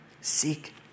Seek